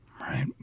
Right